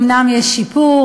אומנם יש שיפור,